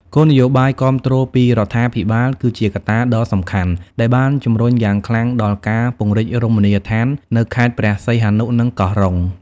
គោលនយោបាយគាំទ្រពីរដ្ឋាភិបាល គឺជាកត្តាដ៏សំខាន់ដែលបានជំរុញយ៉ាងខ្លាំងដល់ការពង្រីករមណីយដ្ឋាននៅខេត្តព្រះសីហនុ និងកោះរ៉ុង។